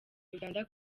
uganda